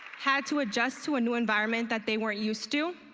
had to adjust to a new environment that they weren't used to.